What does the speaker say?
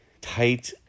tight